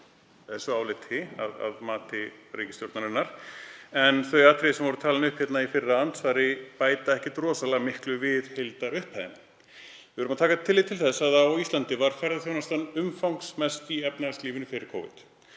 þessu áliti að mati ríkisstjórnarinnar en atriðin sem voru talin upp í fyrra andsvari bæta ekkert rosalega miklu við heildarupphæðina. Við verðum að taka tillit til þess að á Íslandi var ferðaþjónustan umfangsmest í efnahagslífinu fyrir Covid.